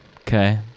Okay